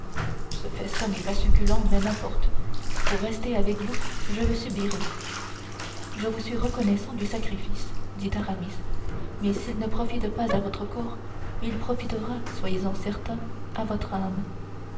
ce festin n'est pas succulent mais n'importe pour rester avec vous je le subirai je vous suis reconnaissant du sacrifice dit aramis mais s'il ne profite pas à votre corps il profitera soyez-en certain à votre âme